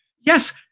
Yes